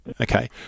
okay